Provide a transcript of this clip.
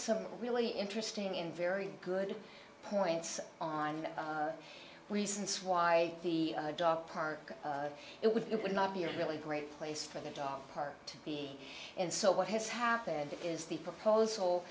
some really interesting and very good points on the reasons why the dog park it was it would not be a really great place for the dog park to be and so what has happened is the proposal